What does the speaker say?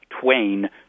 Twain